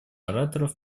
ораторов